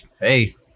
Hey